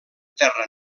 terra